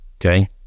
okay